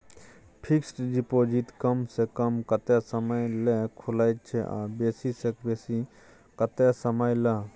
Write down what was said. Fixed deposit कम स कम कत्ते समय ल खुले छै आ बेसी स बेसी केत्ते समय ल?